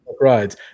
rides